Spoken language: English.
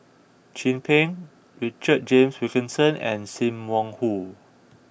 Chin Peng Richard James Wilkinson and Sim Wong Hoo